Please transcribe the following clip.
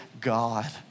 God